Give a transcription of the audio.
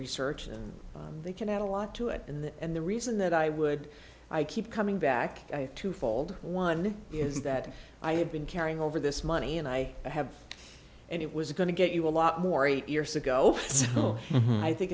research and they can add a lot to it in the end the reason that i would i keep coming back to fold one is that i have been carrying over this money and i have and it was going to get you a lot more eight years ago no i think